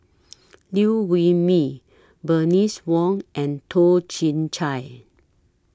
Liew Wee Mee Bernice Wong and Toh Chin Chye